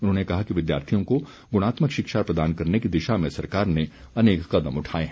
उन्होंने कहा कि विद्यार्थियों को गुणात्मक शिक्षा प्रदान करने की दिशा में सरकार ने अनेक कदम उठाए हैं